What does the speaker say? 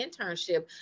internship